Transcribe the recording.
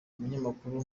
umunyamakuru